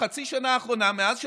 בחצי השנה האחרונה, מאז שהממשלה,